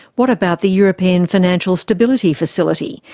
what about the european financial stability facility?